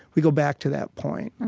we go back to that point.